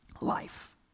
life